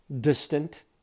distant